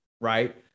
right